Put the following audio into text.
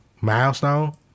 Milestone